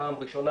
פעם ראשונה,